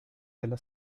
della